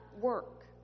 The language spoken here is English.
work